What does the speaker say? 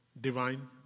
divine